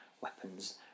weapons